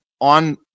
on